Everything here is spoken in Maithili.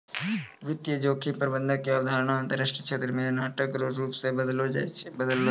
वित्तीय जोखिम प्रबंधन के अवधारणा अंतरराष्ट्रीय क्षेत्र मे नाटक रो रूप से बदललो छै